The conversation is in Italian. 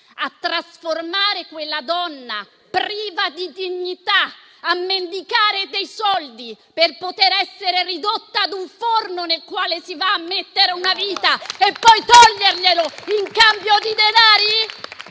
A trasformare quella donna, priva di dignità, a mendicare dei soldi per poter essere ridotta a un forno nel quale si va a mettere una vita per poi togliergliela in cambio di denari?